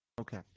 Okay